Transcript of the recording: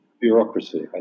bureaucracy